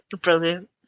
brilliant